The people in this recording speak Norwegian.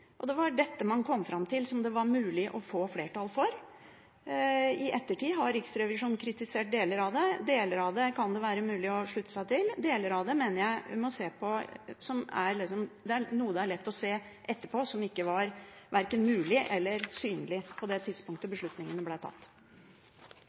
Men det var veldig vanskelige forhandlinger, og det var dette man kom fram til som det var mulig å få flertall for. I ettertid har Riksrevisjonen kritisert deler av det. Deler av det kan det være mulig å slutte seg til, og deler av det mener jeg er noe som er lett å se etterpå, men som verken var mulig eller synlig på det tidspunktet